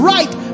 Right